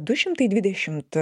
du šimtai dvidešimt